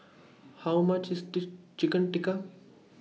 How much IS Chicken Tikka